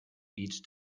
beach